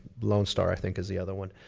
lone star i think is the other one,